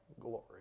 glory